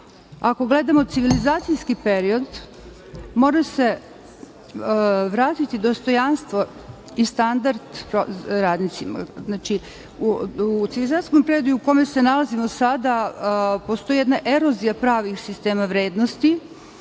Ako gledamo civilizacijski period, mora se vratiti dostojanstvo i standard radnicima. U civilizacijskom periodu u kome se nalazimo sada postoji jedna erozija pravih sistema vrednosti